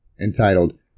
entitled